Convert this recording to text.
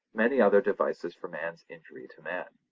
many other devices for man's injury to man.